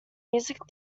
music